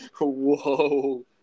whoa